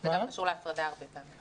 זה גם קשור להפרדה הרבה פעמים.